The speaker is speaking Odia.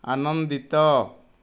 ଆନନ୍ଦିତ